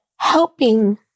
Helping